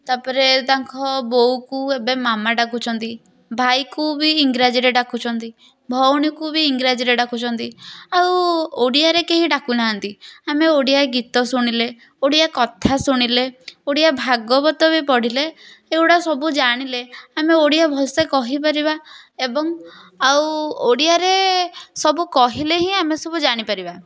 ତା ପରେ ତାଙ୍କ ବୋଉକୁ ଏବେ ମାମା ଡ଼ାକୁଛନ୍ତି ଭାଇକୁ ବି ଇଂରାଜୀରେ ଡ଼ାକୁଛନ୍ତି ଭଉଣୀକୁ ବି ଇଂରାଜୀରେ ଡ଼ାକୁଛନ୍ତି ଆଉ ଓଡ଼ିଆରେ କେହି ଡ଼ାକୁନାହାନ୍ତି ଆମେ ଓଡ଼ିଆ ଗୀତ ଶୁଣିଲେ ଓଡ଼ିଆ କଥା ଶୁଣିଲେ ଓଡ଼ିଆ ଭାଗବତ ବି ପଢ଼ିଲେ ଏଗୁଡ଼ା ସବୁ ଜାଣିଲେ ଆମେ ଓଡ଼ିଆ ଭଲସେ କହିପାରିବା ଏବଂ ଆଉ ଓଡ଼ିଆରେ ସବୁ କହିଲେ ହିଁ ଆମେ ସବୁ ଜାଣିପାରିବା